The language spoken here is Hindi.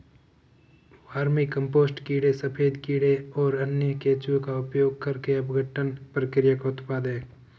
वर्मीकम्पोस्ट कीड़े सफेद कीड़े और अन्य केंचुए का उपयोग करके अपघटन प्रक्रिया का उत्पाद है